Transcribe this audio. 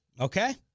Okay